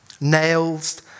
nails